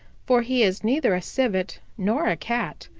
for he is neither a civet nor a cat.